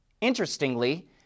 Interestingly